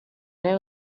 new